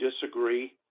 disagree